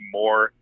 more